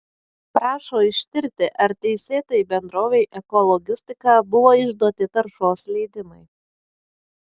prašo ištirti ar teisėtai bendrovei ekologistika buvo išduoti taršos leidimai